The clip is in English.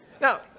Now